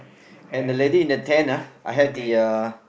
and the lady in the tent ah I had the uh